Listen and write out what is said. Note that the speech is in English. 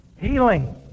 Healing